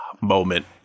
moment